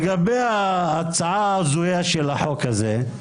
לגבי ההצעה ההזויה של החוק הזה,